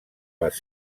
les